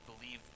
believe